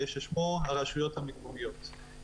ששמו הרשויות המקומיות.